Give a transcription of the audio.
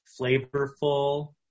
flavorful